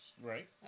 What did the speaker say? Right